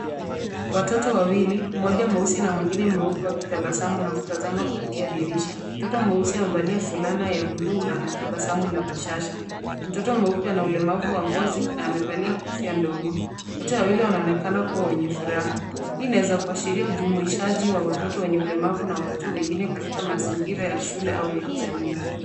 Watoto wawili, mmoja mweusi na mwingine mweupe wakitabasamu na kutazama kupitia dirisha. Mtoto mweusi amevalia fulana ya bluu na ana tabasamu la bashasha. Mtoto mweupe ana ulemavu wa ngozi na amevalia kofia ndogo. Wote wawili wanonekana kuwa wenye furaha, hii inaeza kuashiria ujumuishaji wa watoto wenye ulemavu na watoto wengine katika mazingira ya shule au ya kijami.